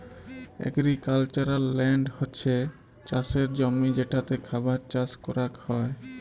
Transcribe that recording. agricultural land হছ্যে চাসের জমি যেটাতে খাবার চাস করাক হ্যয়